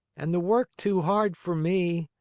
and the work too hard for me.